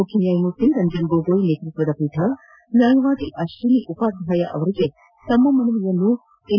ಮುಖ್ಯ ನ್ನಾಯಮೂರ್ತಿ ರಂಜನ್ ಗೊಗೋಯ್ ನೇತೃತ್ವದ ಪೀಠ ನ್ನಾಯವಾದಿ ಅಶ್ವಿನಿ ಉಪಾಧ್ನಾಯ ಅವರಿಗೆ ತಮ್ಮ ಮನವಿಯನ್ನು ಎನ್